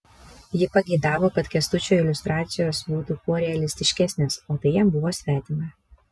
ji pageidavo kad kęstučio iliustracijos būtų kuo realistiškesnės o tai jam buvo svetima